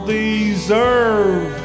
deserve